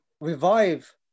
revive